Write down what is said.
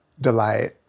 delight